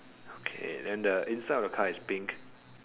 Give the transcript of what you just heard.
okay then the inside of the car is pink